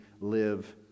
live